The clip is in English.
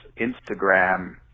Instagram